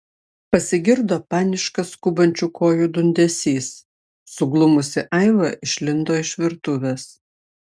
pasigirdo paniškas skubančių kojų dundesys suglumusi aiva išlindo iš virtuvės